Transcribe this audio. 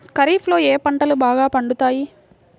ఖరీఫ్లో ఏ పంటలు బాగా పండుతాయి?